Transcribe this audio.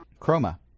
Chroma